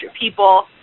people